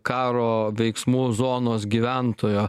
karo veiksmų zonos gyventojo